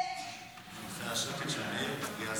אני רואה שאתם קצת מנומנמים.